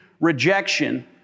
rejection